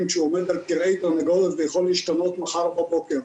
הוא עומד על כרעי תרנגולת ויכול להשתנות מחר בבוקר.